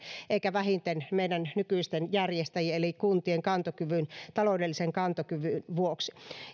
eikä vähiten meidän nykyisten järjestäjien eli kuntien taloudellisen kantokyvyn vuoksi